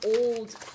old